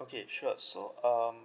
okay sure so um